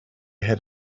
had